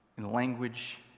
language